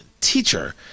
teacher